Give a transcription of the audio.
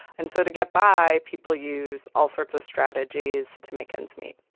and so to get by, people use all sorts of strategies to make ends meet.